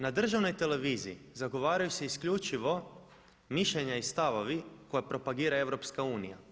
Na državnoj televiziji zagovaraju se isključivo mišljenja i stavovi koje propagira EU.